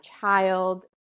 child